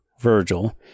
Virgil